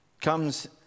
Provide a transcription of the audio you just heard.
comes